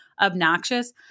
obnoxious